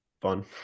fun